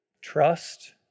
Trust